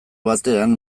batean